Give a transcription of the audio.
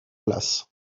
place